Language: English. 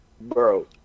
Bro